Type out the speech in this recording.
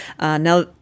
Now